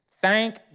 Thank